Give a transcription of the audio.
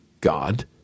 God